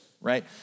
right